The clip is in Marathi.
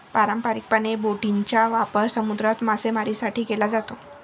पारंपारिकपणे, बोटींचा वापर समुद्रात मासेमारीसाठी केला जातो